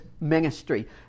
ministry